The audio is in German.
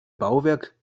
bauwerk